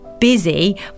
busy